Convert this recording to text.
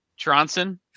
Tronson